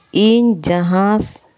ᱤᱧ ᱡᱟᱦᱟᱸ